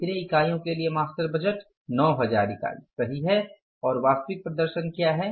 कितने इकाईयो के लिए मास्टर बजट 9000 इकाई सही है और वास्तविक प्रदर्शन क्या है